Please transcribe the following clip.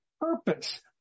purpose